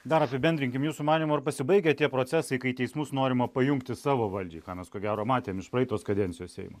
dar apibendrinkim jūsų manymu ar pasibaigia tie procesai kai teismus norima pajungti savo valdžiai ką mes ko gero matėme iš praeitos kadencijos seimo